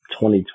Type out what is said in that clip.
2020